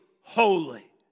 holy